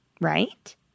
right